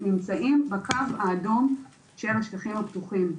נמצאים בקו האדום של השטחים הפתוחים.